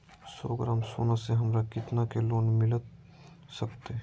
सौ ग्राम सोना से हमरा कितना के लोन मिलता सकतैय?